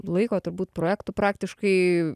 laiko turbūt projektų praktiškai